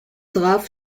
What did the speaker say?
darauf